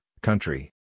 country